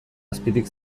azpitik